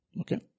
Okay